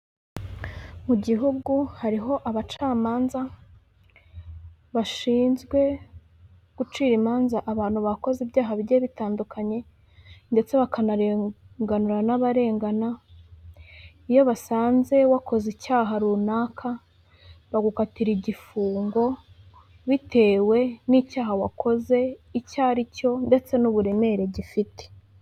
Mu gihugu hariho abacamanza, bashinzwe gucira imanza abantu bakoze ibyaha bigiye bitandukanye, ndetse bakanarenganura n'abarengana, iyo basanze wakoze icyaha runaka, bagukatira igifungo, bitewe n'icyaha wakoze icyo aricyo ndetse n'uburemere gifite.